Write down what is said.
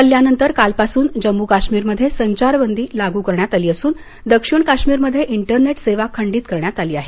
हल्ल्यानंतर कालपासून जम्मू काश्मीरमध्ये संचारबंदी लागू करण्यात आली असून दक्षिण काश्मीरमध्ये इन्टरनेट सेवा खंडित करण्यात आली आहे